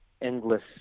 endless